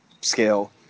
scale